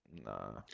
Nah